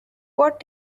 what